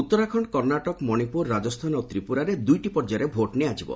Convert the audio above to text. ଉତ୍ତରାଖଣ୍ଡ କର୍ଷାଟକ ମଣିପୁର ରାଜସ୍ଥାନ ଓ ତ୍ରିପୁରାରେ ଦୁଇଟି ପର୍ଯ୍ୟାୟରେ ଭୋଟ୍ ନିଆଯିବ